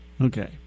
Okay